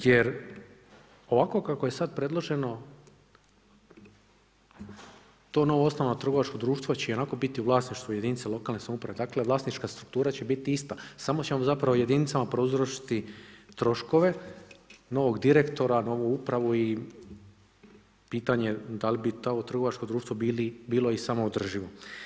Jer ovako kako je sada predloženo to novoosnovano trgovačko društvo će ionako biti u vlasništvu jedinica lokalne samouprave, dakle vlasnička struktura će biti ista samo ćemo zapravo jedinicama prouzročiti troškove novog direktora, novu upravu i pitanje da li bi to trgovačko bilo i samo održivo.